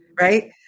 Right